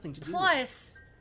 Plus